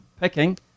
picking